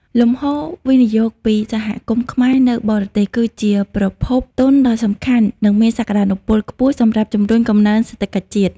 លំហូរវិនិយោគពីសហគមន៍ខ្មែរនៅបរទេស គឺជាប្រភពទុនដ៏សំខាន់ និងមានសក្ដានុពលខ្ពស់សម្រាប់ជំរុញកំណើនសេដ្ឋកិច្ចជាតិ។